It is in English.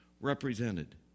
represented